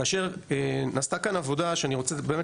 כאשר נעשתה כאן עבודה שאני רוצה באמת